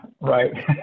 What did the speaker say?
right